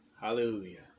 Hallelujah